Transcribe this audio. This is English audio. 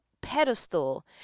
pedestal